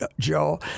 Joe